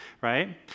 Right